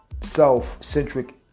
self-centric